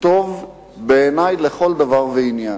בעיני לכל דבר ועניין.